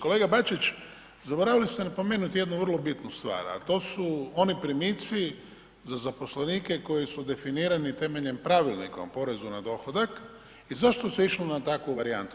Kolega Bačić, zaboravili ste napomenuti jednu vrlo bitnu stvar, a to su oni primici za zaposlenike koji su definirani temeljem Pravilnika o porezu na dohodak i zašto se išlo na takvu varijantu.